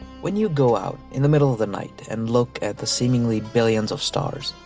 when you go out in the middle of the night and look at the seemingly billions of stars,